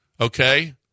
okay